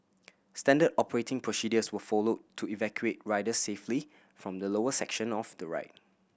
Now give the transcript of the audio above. standard operating procedures were followed to evacuate riders safely from the lower section of the ride